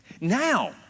Now